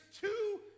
two